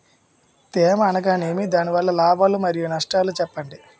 తేమ అనగానేమి? దాని వల్ల లాభాలు మరియు నష్టాలను చెప్పండి?